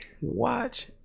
watch